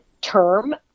term